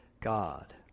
God